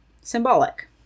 symbolic